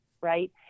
right